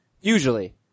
Usually